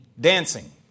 Dancing